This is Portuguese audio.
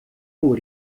por